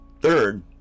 Third